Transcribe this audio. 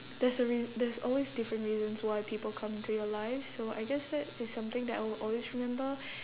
there's a reas~ there's always different reasons why people come into your life so I guess that is something that I will always remember